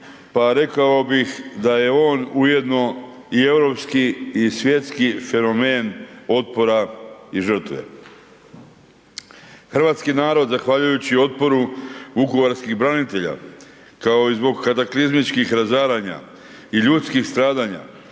pa rekao bih da je on ujedno i europski i svjetski fenomen otpora i žrtve. Hrvatski narod zahvaljujući otporu vukovarskih branitelja kao i zbog kataklizmičkih razaranja i ljudskih stradanja